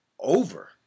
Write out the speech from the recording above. over